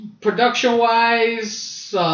production-wise